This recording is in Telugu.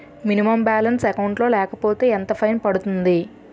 మినిమం బాలన్స్ అకౌంట్ లో లేకపోతే ఎంత ఫైన్ పడుతుంది?